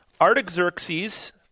Artaxerxes